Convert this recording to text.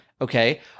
okay